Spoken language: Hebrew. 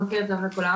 בוקר טוב לכולם,